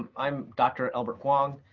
i'm dr. elbert huang.